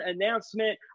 announcement